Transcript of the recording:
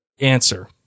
answer